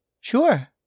Sure